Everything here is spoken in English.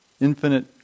infinite